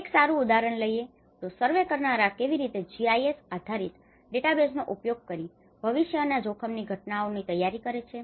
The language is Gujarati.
એક સારું ઉદાહરણ લઈએ તો સર્વે કરનારા કેવી રીતે જીઆઈએસ આધારિત ડેટાબેઝનો ઉપયોગ કરીને ભવિષ્યના જોખમની ઘટનાઓની તૈયારી કરે છે